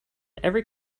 every